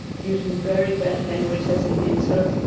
using very bad language as he did so,